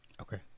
Okay